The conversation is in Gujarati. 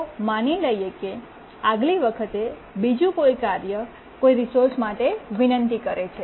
ચાલો માની લઈએ કે આગલી વખતે બીજું કોઈ કાર્ય કોઈ રિસોર્સ માટે વિનંતી કરે છે